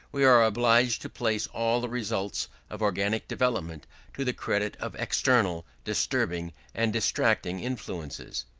we are obliged to place all the results of organic development to the credit of external, disturbing, and distracting influences.